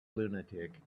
lunatic